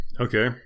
okay